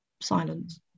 Silence